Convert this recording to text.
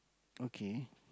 okay